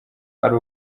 ari